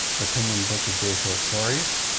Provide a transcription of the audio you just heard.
the penguin book of gay short stories,